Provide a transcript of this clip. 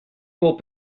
will